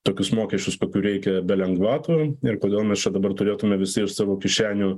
tokius mokesčius kokių reikia be lengvatų ir kodėl mes čia dabar turėtume visi iš savo kišenių